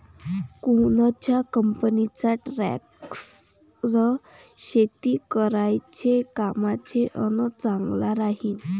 कोनच्या कंपनीचा ट्रॅक्टर शेती करायले कामाचे अन चांगला राहीनं?